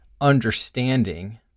understanding